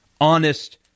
honest